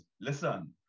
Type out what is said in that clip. listen